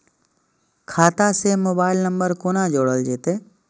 खाता से mobile number कोना जोरल जेते?